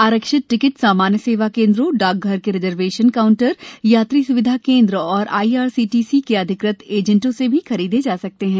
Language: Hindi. आरक्षित टिकट सामान्य सेवा केन्द्रों डाकघर के रिजर्वेशन काउंटर यात्री सुविधा केन्द्र और I R C T C के अधिकृत एजेंटों से भी खरीदे जा सकते हैं